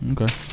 Okay